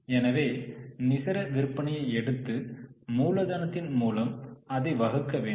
எனவே நிகர விற்பனையை எடுத்து மூலதனத்தின் மூலம் அதைப் வகுக்க வேண்டும்